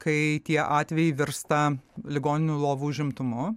kai tie atvejai virsta ligoninių lovų užimtumu